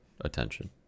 attention